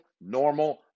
normal